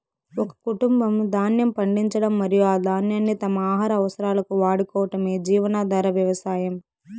ఒక కుటుంబం ధాన్యం పండించడం మరియు ఆ ధాన్యాన్ని తమ ఆహార అవసరాలకు వాడుకోవటమే జీవనాధార వ్యవసాయం